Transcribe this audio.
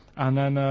and then ah,